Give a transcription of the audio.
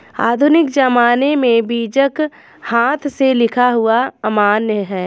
आधुनिक ज़माने में बीजक हाथ से लिखा हुआ अमान्य है